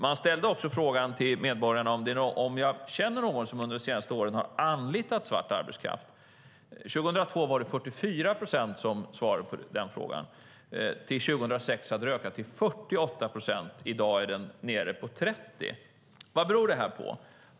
Man ställde också frågan till medborgarna: Känner du någon som under de senaste åren har anlitat svart arbetskraft? År 2002 var det 44 procent som svarade ja på den frågan. År 2006 hade det ökat till 48 procent. I dag är det nere på 30 procent. Vad beror det här på?